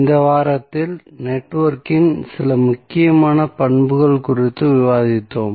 இந்த வாரத்தில் நெட்வொர்க்கின் சில முக்கியமான பண்புகள் குறித்து விவாதித்தோம்